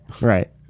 right